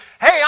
hey